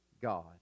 God